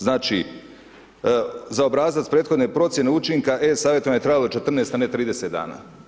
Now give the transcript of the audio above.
Znači, za obrazac prethodne procjene učinka e-savjetovanja je trebalo 14 a ne 30 dana.